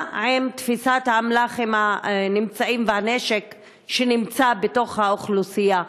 מה עם תפיסת האמל"חים והנשק שנמצאים בתוך האוכלוסייה?